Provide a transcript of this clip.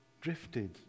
drifted